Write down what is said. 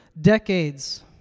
decades